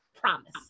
Promise